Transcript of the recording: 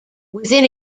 within